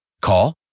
Call